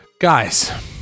Guys